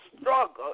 struggle